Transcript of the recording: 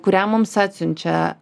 kurią mums atsiunčia